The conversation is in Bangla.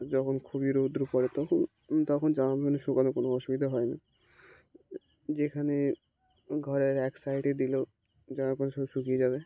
যখন খুবই রোদ পড়ে তখন তখন জামা প্যান্ট শুকানো কোনো অসুবিধা হয় না যেখানে ঘরের এক সাইডে দিলেও জামা প্যান্ট সব শুকিয়ে যাবে